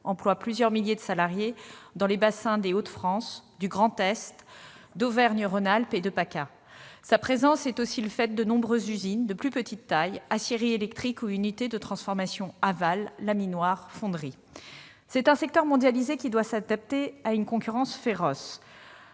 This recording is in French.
emploient plusieurs milliers de salariés dans les bassins des Hauts-de-France, du Grand Est, des régions Auvergne-Rhône-Alpes et Provence-Alpes-Côte d'Azur. Sa présence est aussi le fait de nombreuses usines de plus petite taille, aciéries électriques ou unités de transformation aval- laminoirs, fonderies. C'est un secteur mondialisé, qui doit s'adapter à une concurrence féroce.